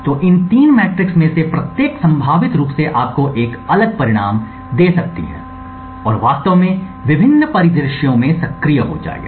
तो इन तीन मेट्रिक्स में से प्रत्येक संभावित रूप से आपको एक अलग परिणाम दे सकता है और वास्तव में विभिन्न परिदृश्यों में सक्रिय हो जाएगा